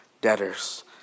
debtors